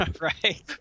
Right